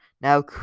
Now